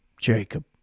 Jacob